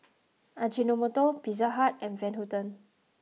Ajinomoto Pizza Hut and Van Houten